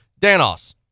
Danos